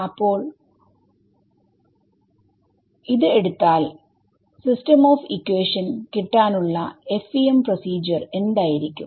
അപ്പോൾ ഒരു എടുത്താൽ സിസ്റ്റം ഓഫ് ഇക്വേഷൻ കിട്ടാനുള്ള FEM പ്രൊസീജ്വർ എന്തായിരിക്കും